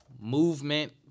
movement